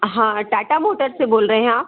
हाँ टाटा मोटर से बोल रहें आप